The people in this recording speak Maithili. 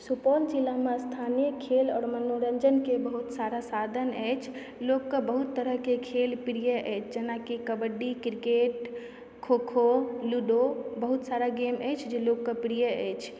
सुपौल जिलामे स्थानीय खेल आओर मनोरञ्जनके बहुत सारा साधन अछि लोकके बहुत तरहके खेल प्रिय अछि जेना कि कबड्डी क्रिकेट खो खो लूडो बहुत सारा गेम अछि जे लोकके प्रिय अछि